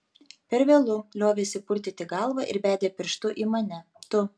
per vėlu liovėsi purtyti galvą ir bedė pirštu į mane tu